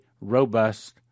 robust